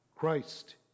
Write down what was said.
Christ